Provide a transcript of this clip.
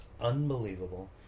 unbelievable